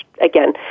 again